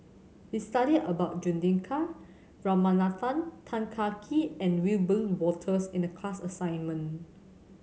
we studied about Juthika Ramanathan Tan Kah Kee and Wiebe Wolters in the class assignment